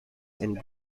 and